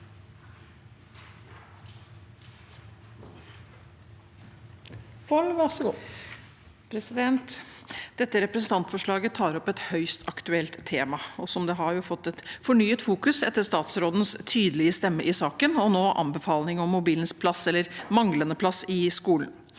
Dette representantfor- slaget tar opp et høyst aktuelt tema, og det har fått fornyet fokus etter statsrådens tydelige stemme i saken og nå anbefaling om mobilens plass, eller manglende plass, i skolen.